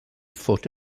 foot